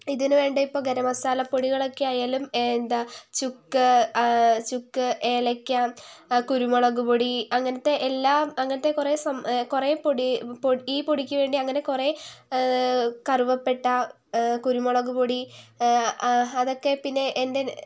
ഇതിനു വേണ്ടി ഇപ്പോൾ ഗരം മസാലപ്പൊടികളൊക്കെ ആയാലും എന്താ ചുക്ക് ചുക്ക് ഏലയ്ക്ക കുരുമുളകുപൊടി അങ്ങനത്തെ എല്ലാം അങ്ങനത്തെ കുറേ കുറേ പൊടി ഈ പൊടിക്ക് വേണ്ടി അങ്ങനെ കുറേ കറുവപ്പട്ട കുരുമുളക് പൊടി അതൊക്കെ പിന്നെ എൻ്റെ